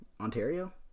Ontario